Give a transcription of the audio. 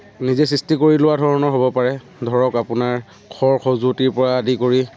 নিজে সৃষ্টি কৰি লোৱা ধৰণৰ হ'ব পাৰে ধৰক আপোনাৰ খৰ খজুৱতিৰ পৰা আদি কৰি